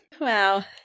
Wow